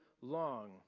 long